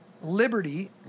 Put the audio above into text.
liberty